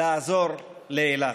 לעזור לאילת.